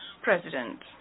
president